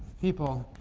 people